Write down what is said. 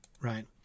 right